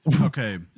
okay